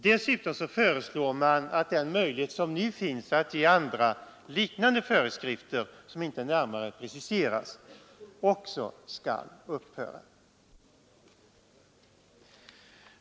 Dessutom föreslår man att den möjlighet som nu finns att ge andra, liknande föreskrifter, som inte närmare preciseras, skall upphöra.